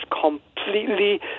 completely